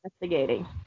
investigating